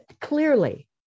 Clearly